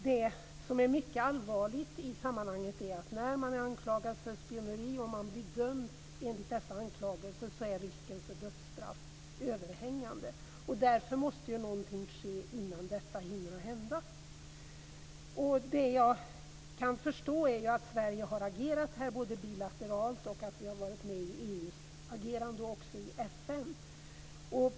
Det som är mycket allvarligt i sammanhanget är att om man är anklagad för spioneri och blir dömd enligt dessa anklagelser så är risken för dödsstraff överhängande. Därför måste någonting ske innan detta hinner hända. Det jag kan förstå är att Sverige här har agerat både bilateralt, i EU och via FN.